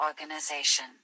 organization